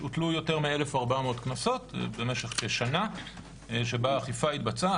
הוטלו יותר מ-1,400 קנסות במשך כשנה שבה האכיפה התבצעה,